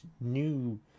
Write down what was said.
new